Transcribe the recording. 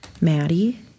Maddie